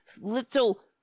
little